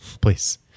please